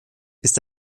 ist